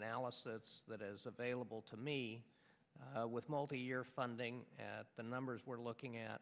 analysis that is available to me with multi year funding at the numbers we're looking at